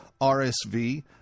rsv